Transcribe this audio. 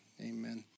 amen